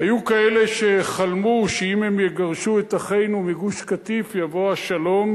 היו כאלה שחלמו שאם הם יגרשו את אחינו מגוש-קטיף יבוא השלום.